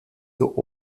zur